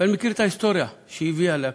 ואני מכיר את ההיסטוריה שהביאה להקמה,